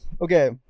okay